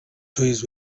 toys